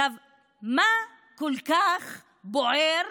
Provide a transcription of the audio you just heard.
מה כל כך בוער